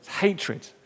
hatred